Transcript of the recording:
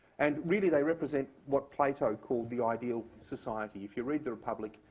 and really, they represent what plato called the ideal society. if you read the republic,